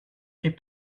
vais